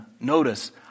notice